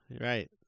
Right